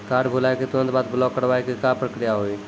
Card भुलाए के तुरंत बाद ब्लॉक करवाए के का प्रक्रिया हुई?